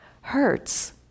hurts